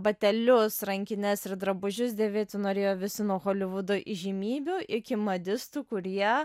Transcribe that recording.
batelius rankines ir drabužius dėvėti norėjo visi nuo holivudo įžymybių iki madistų kurie